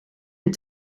een